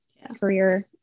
career